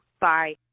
Bye